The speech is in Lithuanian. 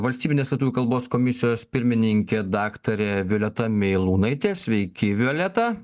valstybinės lietuvių kalbos komisijos pirmininkė daktarė violeta meilūnaitė sveiki violeta